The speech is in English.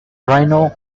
rhino